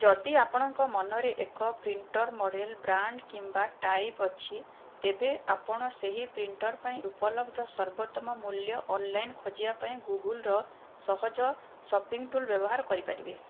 ଯଦି ଆପଣଙ୍କ ମନରେ ଏକ ପ୍ରିଣ୍ଟର୍ ମଡ଼େଲ୍ ବ୍ରାଣ୍ଡ୍ କିମ୍ୱା ଟାଇପ୍ ଅଛି ତେବେ ଆପଣ ସେହି ପ୍ରିଣ୍ଟର୍ ପାଇଁ ଉପଲବ୍ଧ ସର୍ବୋତ୍ତମ ମୂଲ୍ୟ ଅନ୍ଲାଇନ୍ ଖୋଜିବା ପାଇଁ ଗୁଗଲ୍ର ସହଜ ସପିଂ ଟୁଲ୍ ବ୍ୟବହାର କରି ପାରିବେ